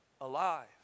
alive